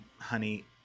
honey